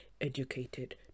educated